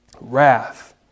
wrath